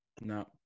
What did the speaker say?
No